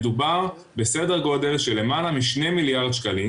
מדובר בסדר גודל של למעלה מ-2 מיליארד שקלים